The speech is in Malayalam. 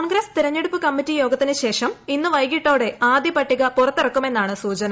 കോൺഗ്രസ് തെരഞ്ഞെടുപ്പ് ക്ട്മ്മിറ്റി യോഗത്തിന് ശേഷം ഇന്ന് വൈകിട്ടോടെ ആദ്യ പട്ടിക് പ്പുറ്റ്ത്തിറക്കുമെന്നാണ് സൂചന